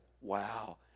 wow